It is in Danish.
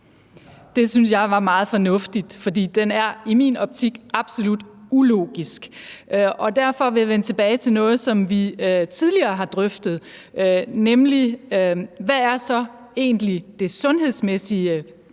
Det synes jeg var meget fornuftigt, for den er i min optik absolut ulogisk. Derfor vil jeg vende tilbage til noget, som vi tidligere har drøftet, nemlig hvad så egentlig det sundhedsmæssige belæg